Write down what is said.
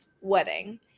wedding